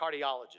cardiologist